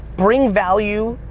bring value,